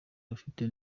bafite